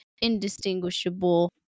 indistinguishable